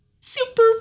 super-